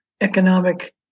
economic